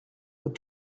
nous